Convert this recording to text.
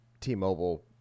T-Mobile